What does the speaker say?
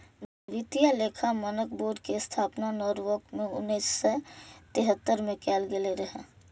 वित्तीय लेखा मानक बोर्ड के स्थापना नॉरवॉक मे उन्नैस सय तिहत्तर मे कैल गेल रहै